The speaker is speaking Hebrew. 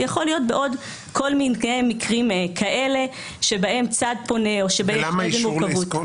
זה יכול להיות בעוד כל מיני מקרים שבהם צד פונה או שיש מורכבות כלשהי.